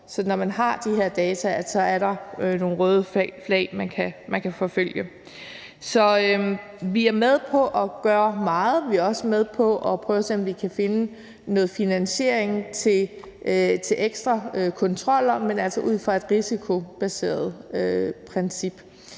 at når man har de her data, er der nogle røde flag, man kan forfølge. Vi er med på at gøre meget, og vi er også med på at prøve at se, om vi kan finde noget finansiering til ekstra kontroller, men altså ud fra et risikobaseret princip.